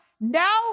Now